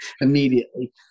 immediately